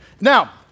Now